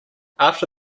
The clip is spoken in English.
after